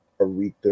Aretha